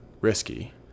Risky